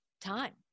time